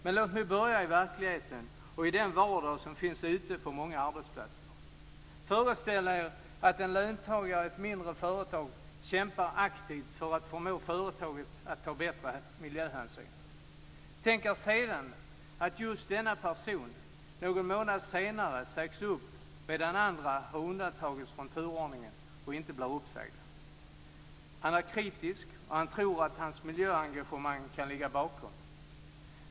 Men låt mig börja i verkligheten och i den vardag som finns ute på många arbetsplatser. Föreställ er att en löntagare i ett mindre företag kämpar aktivt för att förmå företaget att ta bättre miljöhänsyn. Tänk er sedan att just denna person, någon månad senare, sägs upp medan andra har undantagits från turordningen och inte blir uppsagda. Han är kritisk, och han tror att hans miljöengagemang kan ligga bakom.